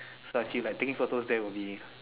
so I feel like taking photos there will be